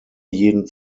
jeden